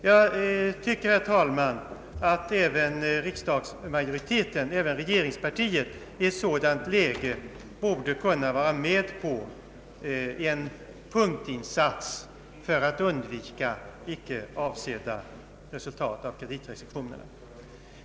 Jag tycker, herr talman, att även regeringspartiet i ett sådant läge borde kunna vara med om en punktinsats för att undvika icke avsedda resultat av kreditrestriktionerna.